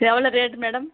எவ்வளோ rate madam